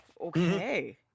okay